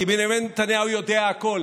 כי בנימין נתניהו יודע הכול,